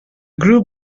group